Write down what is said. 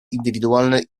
indywidualne